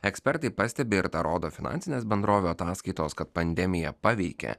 ekspertai pastebi ir tą rodo finansinės bendrovių ataskaitos kad pandemija paveikė